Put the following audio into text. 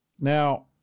Now